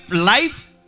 life